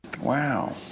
Wow